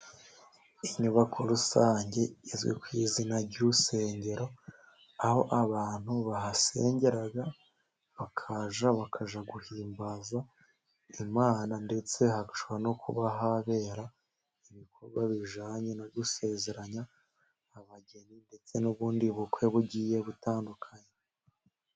Inyubako rusange izwi ku izina ry'urusengero, aho abantu bahasengera bakaza bakajya guhimbaza Imana, ndetse hashobora no kuba ahabera ibikorwa bijyanye no gusezeranya abageni, ndetse n'ubundi bukwe bugiye butandukanya.